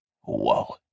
Whoa